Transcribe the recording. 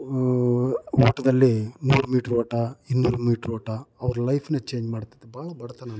ಓ ಓಟದಲ್ಲಿ ನೂರು ಮೀಟ್ರ್ ಓಟ ಇನ್ನೂರು ಮೀಟ್ರ್ ಓಟ ಅವ್ರ ಲೈಫ್ನೇ ಚೇಂಜ್ ಮಾಡ್ತದೆ ಬಹಳ ಬಡತನ ಅಂತೆ ಅವ್ರಿಗೆ